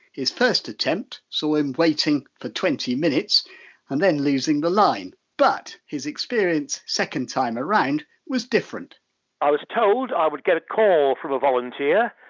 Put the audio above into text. his first attempt saw him waiting for twenty minutes and then losing the line but his experience, second time around, was different i was told would get a call from a volunteer,